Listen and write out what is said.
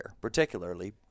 particularly